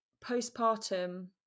postpartum